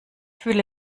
fühle